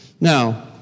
Now